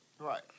right